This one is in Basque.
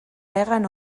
hegan